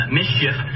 mischief